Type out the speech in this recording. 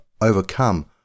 overcome